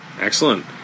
excellent